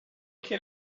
can